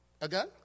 Again